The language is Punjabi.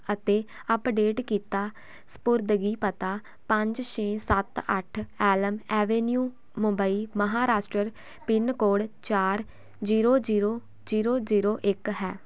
ਅਤੇ ਅਪਡੇਟ ਕੀਤਾ ਸਪੁਰਦਗੀ ਪਤਾ ਪੰਜ ਛੇ ਸੱਤ ਅੱਠ Elm Avenue Mumbai Maharashtra pin code ਚਾਰ ਜੀਰੋ ਜੀਰੋ ਜੀਰੋ ਜੀਰੋ ਇੱਕ ਹੈ